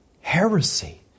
heresy